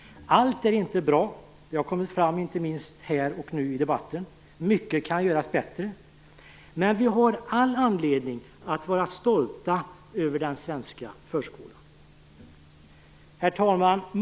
Allt är inte bra. Det har kommit fram inte minst här i debatten. Mycket kan göras bättre. Men vi har all anledning att vara stolta över den svenska förskolan. Herr talman!